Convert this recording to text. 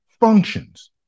functions